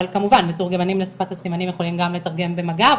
אבל כמובן מתורגמנים לשפת הסימנים יכולים גם לתרגם במגע.